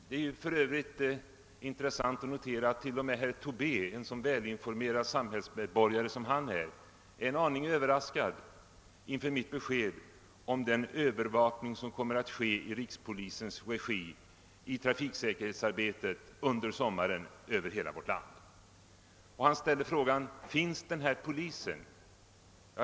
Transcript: Det är för övrigt intressant att notera att t.o.m. en så välinformerad samhällsmedborgare som herr Tobé är en aning överraskad inför mitt besked om den övervakning som kommer att ske i rikspolisens regi över hela landet i sommar. Herr Tobé frågade: Finns den här polisen?